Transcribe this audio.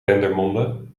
dendermonde